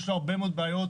יש לו הרבה מאוד בעיות.